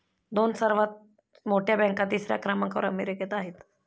दोन सर्वात मोठ्या बँका तिसऱ्या क्रमांकावर अमेरिकेत आहेत